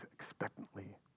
expectantly